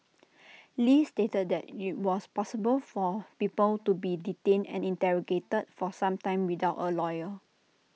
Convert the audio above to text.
li stated that IT was possible for people to be detained and interrogated for some time without A lawyer